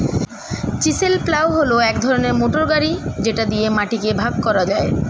chisel plough হল এক ধরনের মোটর গাড়ি যেটা দিয়ে মাটিকে ভাগ করা যায়